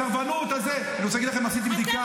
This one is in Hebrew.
-- על הסרבנות, אני רוצה להגיד לכם, עשיתי בדיקה.